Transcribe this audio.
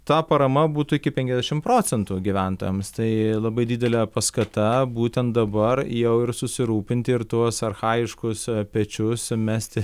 ta parama būtų iki penkiasdešim procentų gyventojams tai labai didelė paskata būtent dabar jau ir susirūpinti ir tuos archajiškus pečius mesti